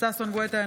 ששון ששי גואטה,